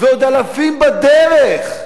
ועוד אלפים בדרך,